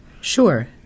sure